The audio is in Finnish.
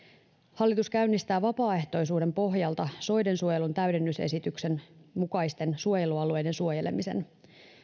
hallitus käynnistää vapaaehtoisuuden pohjalta soidensuojelun täydennysesityksen mukaisten suojelualueiden suojelemisen